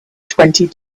twenty